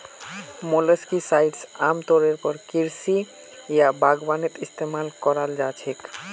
molluscicides आमतौरेर पर कृषि या बागवानीत इस्तमाल कराल जा छेक